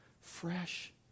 fresh